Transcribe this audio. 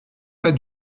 pas